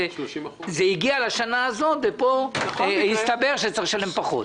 שזה הגיע לשנה הזאת ופה הסתבר שצריך לשלם פחות.